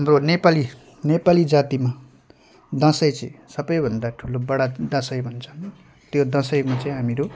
हाम्रो नेपाली नेपाली जातिमा दसैँ चाहिँ सबैभन्दा ठुलो बडा दसैँ भन्छ त्यो दसैँमा चाहिँ हामीहरू